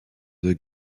deux